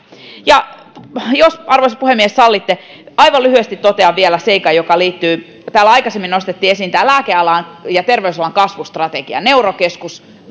ja jos arvoisa puhemies sallitte aivan lyhyesti totean vielä seikan joka liittyy tähän täällä aikaisemmin nostettiin esiin lääkealan ja terveysalan kasvustrategiat neurokeskus